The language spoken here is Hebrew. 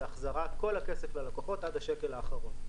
החזרת כל הכסף ללקוחות עד השקל האחרון.